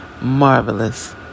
marvelous